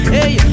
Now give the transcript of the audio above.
Hey